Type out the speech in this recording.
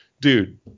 Dude